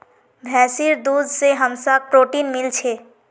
भैंसीर दूध से हमसाक् प्रोटीन मिल छे